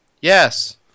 Yes